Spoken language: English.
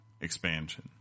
expansion